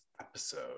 episode